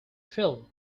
phil